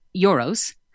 euros